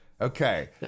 Okay